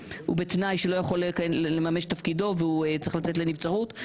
בתנאי שהוא לא יכול לממש את תפקידו והוא צריך לצאת לנבצרות,